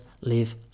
live